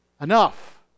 enough